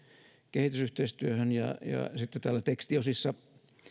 kehitysyhteistyöhön ja sitten täällä tekstiosissa